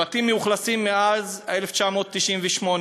הבתים מאוכלסים מאז 1998,